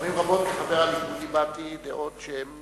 פעמים רבות כחבר הליכוד הבעתי דעות שהן